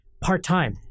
Part-time